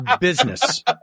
business